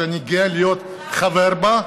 שאני גאה להיות חבר בה.